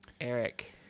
eric